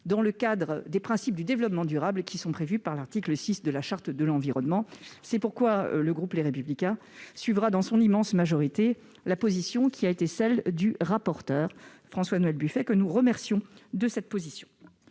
dans le cadre des principes du développement durable qui sont prévus par l'article 6 de la Charte de l'environnement. C'est pourquoi le groupe Les Républicains, dans son immense majorité, suivra la position du rapporteur François-Noël Buffet, que nous remercions Personne ne